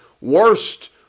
worst